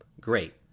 Great